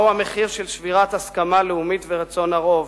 מהו המחיר של שבירת הסכמה לאומית ורצון הרוב?